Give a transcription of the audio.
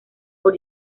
por